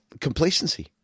complacency